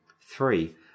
Three